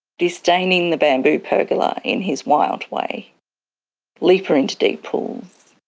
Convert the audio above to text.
disdainingthe bamboo pergola in his wild way leaper into deep pools,